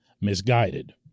misguided